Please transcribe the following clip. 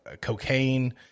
cocaine